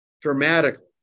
dramatically